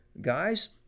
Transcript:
Guys